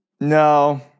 No